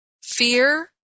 fear